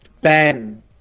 Ben